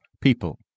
people